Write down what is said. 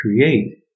create